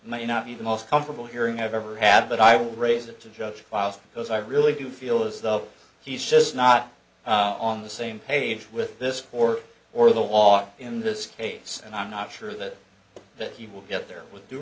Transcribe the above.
may not be the most comfortable hearing i've ever had but i will raise it to the judge files because i really do feel as though he's just not on the same page with this four or the law in this case and i'm not sure that that he will get there